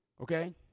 Okay